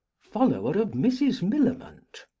follower of mrs. millamant,